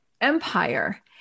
empire